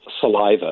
saliva